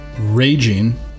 raging